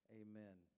amen